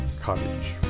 Cottage